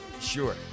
sure